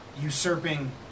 usurping